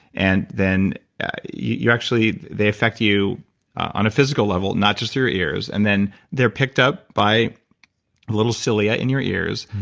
and then you actually they effect you on a physical level, not just through your ears. and then they're picked up by the little cilia in your ears.